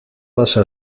pasa